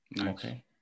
Okay